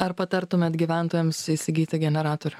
ar patartumėt gyventojams įsigyti generatorių